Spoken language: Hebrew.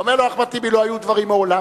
אומר לו אחמד טיבי: לא היו דברים מעולם.